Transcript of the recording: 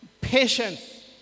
patience